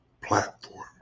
platform